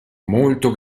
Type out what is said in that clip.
molto